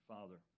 Father